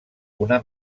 una